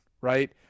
right